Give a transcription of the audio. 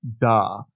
duh